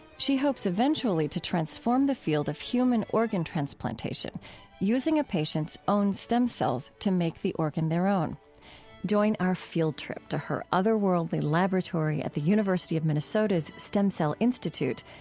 she hopes eventually to transform the field of human organ transplantation using a patient's own stem cells to make the organ their own join our fieldtrip to her otherworldly laboratory at the university of minnesota's stem cell institute.